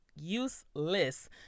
useless